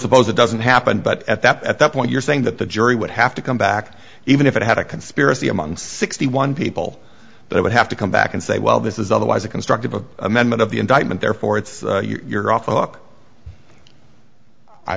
suppose it doesn't happen but at that at that point you're saying that the jury would have to come back even if it had a conspiracy among sixty one people but i would have to come back and say well this is otherwise a construct of a amendment of the indictment therefore it's you're off